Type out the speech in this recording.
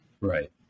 Right